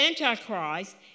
Antichrist